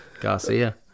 Garcia